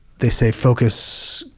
they say focus,